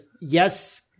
yes